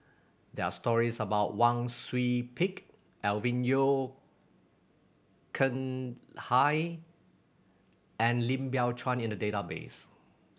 there are stories about Wang Sui Pick Alvin Yeo Khirn Hai and Lim Biow Chuan in the database